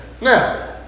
Now